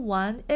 one